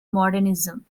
modernism